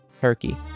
Turkey